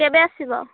କେବେ ଆସିବ